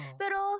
pero